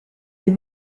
des